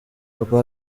papa